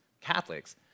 Catholics